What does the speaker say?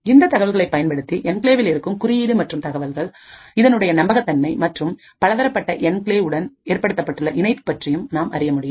இந்த தகவல்களை பயன்படுத்தி என்கிளேவில் இருக்கும் குறியீடு மற்றும் தகவல்கள் இதனுடைய நம்பகத்தன்மை மற்றும் மற்ற பலதரப்பட்ட என்கிளேவ் உடன் ஏற்படுத்தப்பட்ட இணைப்பு பற்றியும் நாம் அறிய முடியும்